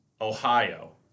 ohio